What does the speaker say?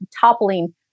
toppling